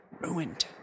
Ruined